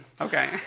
Okay